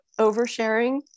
oversharing